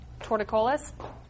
torticollis